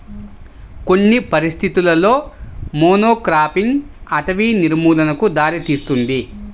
కొన్ని పరిస్థితులలో మోనోక్రాపింగ్ అటవీ నిర్మూలనకు దారితీస్తుంది